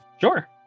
Sure